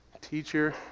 teacher